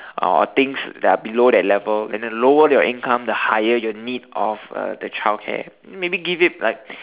or things that are below that level and the lower your income the higher your need of uh the childcare maybe give it like